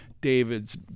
David's